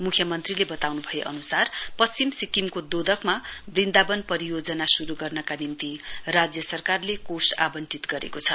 म्ख्यमन्त्रीले बताउन्भए अनुसार पश्चिम सिक्किमको दोदकमा वृन्दावन परियोजना शुरू गर्नका निम्ति राज्य सरकारले कोष आवंटित गरेको छ